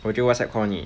我就 WhatsApp call 你